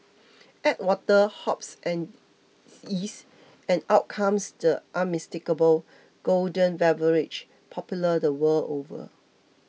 add water hops and yeast and out comes the unmistakable golden beverage popular the world over